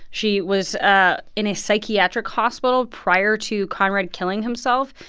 she was ah in a psychiatric hospital prior to conrad killing himself.